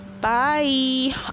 Bye